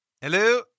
hello